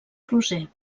roser